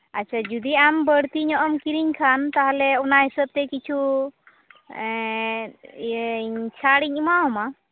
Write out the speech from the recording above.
ᱟᱪᱪᱷᱟ ᱡᱩᱫᱤ ᱟᱢ ᱵᱟᱹᱲᱛᱤ ᱧᱚᱜ ᱮᱢ ᱠᱤᱨᱤᱧ ᱠᱷᱟᱱ ᱛᱟᱦᱚᱞᱮ ᱚᱱᱟ ᱦᱤᱥᱟᱹᱵ ᱛᱮ ᱠᱤᱪᱷᱩ ᱤᱭᱟᱹ ᱪᱷᱟᱹᱲ ᱤᱧ ᱮᱢᱟᱣᱟᱢᱟ